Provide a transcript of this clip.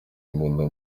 imbunda